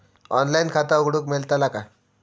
Online खाता उघडूक मेलतला काय?